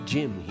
Jim